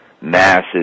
massive